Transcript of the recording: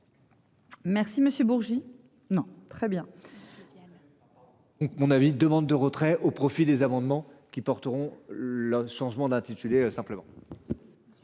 Monsieur Bourgi non très bien. Si ce qu'. Papa. On a vite demande de retrait au profit des amendements qui porteront le changement d'intitulé simplement.